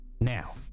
now